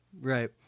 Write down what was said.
right